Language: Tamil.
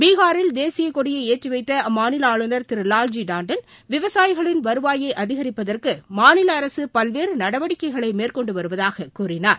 பீகாரில் தேசியக்கொடியை ஏற்றிவைத்த அம்மாநில ஆளுநர் திரு வால்ஜி டாண்டன் விவசாயிகளின் வருவாயை அதிகரிப்பதற்கு மாநில அரசு பல்வேறு நடவடிக்கைகளை மேற்கொண்டு வருவதாக கூறினார்